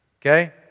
okay